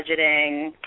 budgeting